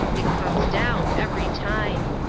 it comes down, every time.